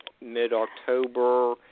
mid-October